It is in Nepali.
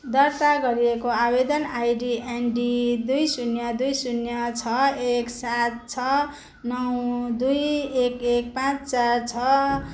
दर्ता गरिएको आवेदन आइडी एनडी दुई शून्य दुई शून्य छ एक सात छ नौ दुई एक एक पाँच चार छ